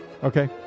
Okay